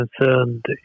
concerned